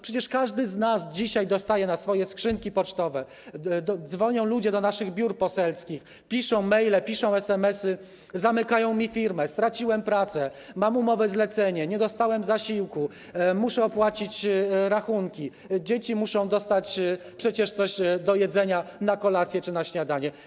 Przecież każdy z nas dostaje dzisiaj na swoje skrzynki pocztowe maile, dzwonią ludzie do naszych biur poselskich, piszą maile, piszą SMS-y: zamykają mi firmę, straciłem pracę, mam umowę zlecenie, nie dostałem zasiłku, muszę opłacić rachunki, dzieci muszą dostać coś do jedzenia na kolację czy na śniadanie.